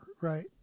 Right